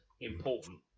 important